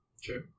Sure